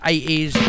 80s